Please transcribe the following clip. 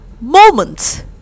Moments